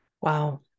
Wow